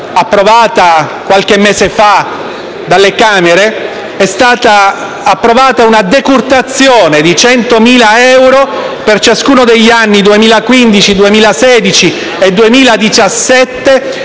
approvata qualche mese fa dalle Camere è stata prevista una decurtazione di 100.000 euro, per ciascuno degli anni 2015, 2016 e 2017,